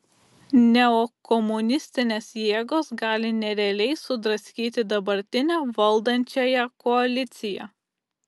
neokomunistinės jėgos gali nerealiai sudraskyti dabartinę valdančiąją koaliciją